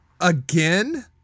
again